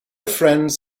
friends